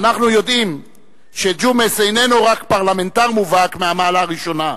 אנחנו יודעים שג'ומס איננו רק פרלמנטר מובהק מהמעלה הראשונה.